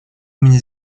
мне